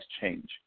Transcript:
change